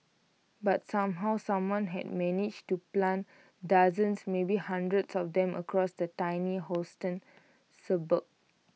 but somehow someone had managed to plant dozens maybe hundreds of them across the tiny Houston suburb